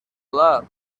love